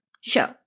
show